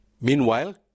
Meanwhile